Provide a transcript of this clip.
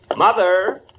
Mother